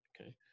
Okay